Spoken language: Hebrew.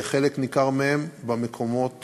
וחלק ניכר מהם במקומות